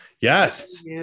yes